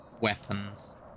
weapons